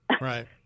Right